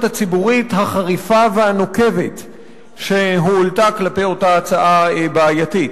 הציבורית החריפה והנוקבת שהועלתה כלפי אותה הצעה בעייתית.